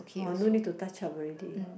or no need to touch up already